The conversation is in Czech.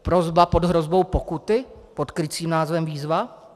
Prosba pod hrozbou pokuty pod krycím názvem výzva?